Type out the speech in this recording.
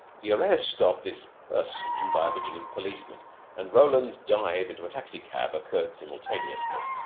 the arrest of this person by a vigilant policeman and roland's dive into a taxicab occurred simultaneously.